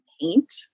paint